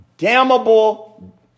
Damnable